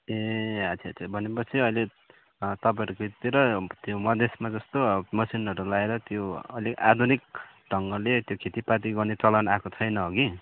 ए अच्छा अच्छा भनेपछि अहिले तपाईँहरूकोतिर त्यो मधेसमा जस्तो अब मसिनहरू लाएर त्यो अलिक आधुनिक ढङ्गले त्यो खेतीपाती गर्ने चलन आएको छैन हगि